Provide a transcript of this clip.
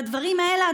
והדברים האלה,